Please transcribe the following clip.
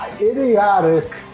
idiotic